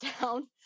down